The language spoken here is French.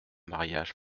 mariage